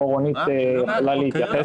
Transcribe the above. פה רונית יכולה להתייחס לזה מרשות המיסים.